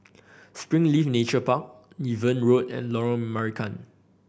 Springleaf Nature Park Niven Road and Lorong Marican